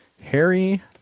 Harry